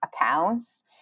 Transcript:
accounts